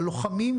ללוחמים,